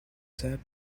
said